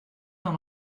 dans